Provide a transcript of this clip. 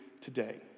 today